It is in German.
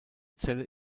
zelle